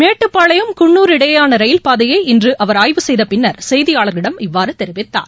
மேட்டுப்பாளையம் குன்னூர் இடையேயான ரயில் பாதையை இன்று அவர் ஆய்வு செய்த பின்னர் செய்தியாளர்களிடம் இவ்வாறு தெரிவித்தார்